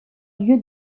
lieu